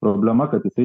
problema kad jisai